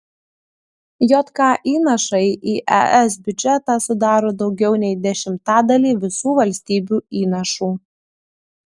jk įnašai į es biudžetą sudaro daugiau nei dešimtadalį visų valstybių įnašų